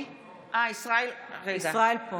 ישראל פה.